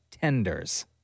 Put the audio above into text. tenders